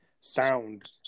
sound